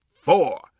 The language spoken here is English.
four